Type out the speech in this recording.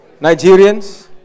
Nigerians